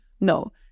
No